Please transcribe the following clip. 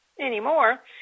anymore